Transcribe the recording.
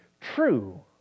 true